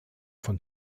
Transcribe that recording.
von